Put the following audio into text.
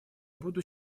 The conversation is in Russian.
буду